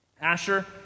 Asher